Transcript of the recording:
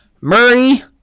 Murray